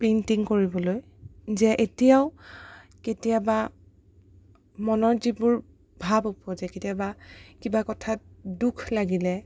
painting কৰিবলৈ যে এতিয়াও কেতিয়াবা মনত যিবোৰ ভাৱ ওপজে কেতিয়াবা কিবা কথাত দুখ লাগিলে